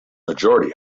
majority